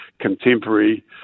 contemporary